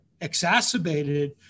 exacerbated